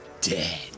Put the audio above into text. Dead